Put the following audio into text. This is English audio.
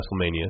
WrestleMania